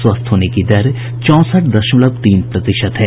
स्वस्थ होने की दर चौंसठ दशमलव तीन प्रतिशत है